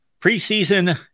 preseason